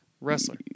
Wrestler